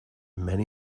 many